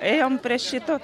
ėjom prie šito